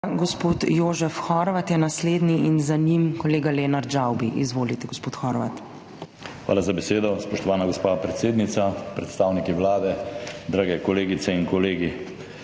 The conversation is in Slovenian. Gospod Jožef Horvat je naslednji in za njim kolega Lenart Žavbi. Izvolite, gospod Horvat. **JOŽEF HORVAT (PS NSi):** Hvala za besedo, spoštovana gospa predsednica. Predstavniki Vlade, drage kolegice in kolegi!